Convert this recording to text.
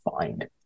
find